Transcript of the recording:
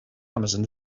amazon